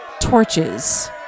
torches